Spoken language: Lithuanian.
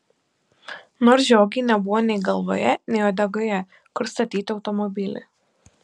nors žiogei nebuvo nei galvoje nei uodegoje kur statyti automobilį